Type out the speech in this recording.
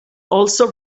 also